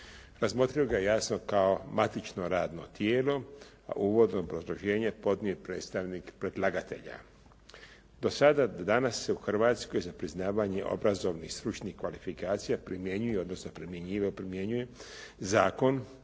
Razmotrio ga je jasno kao matično radno tijelo, a uvodno obrazloženje podnio je predstavnik predlagatelja. Do sada danas se u Hrvatskoj za priznavanje obrazovnih, stručnih kvalifikacija primjenjuju, odnosno primjenjuje Zakon